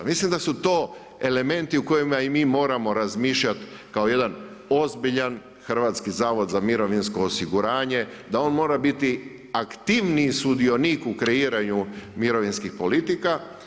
Mislim da su to elementi o kojima moramo i mi razmišljati kao jedan ozbiljan Hrvatski zavod za mirovinsko osiguranje, da on mora biti aktivniji sudionik u kreiranju mirovinskih politika.